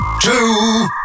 Two